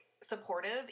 supportive